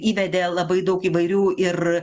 įvedė labai daug įvairių ir